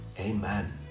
Amen